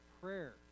prayer